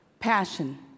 Passion